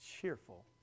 cheerful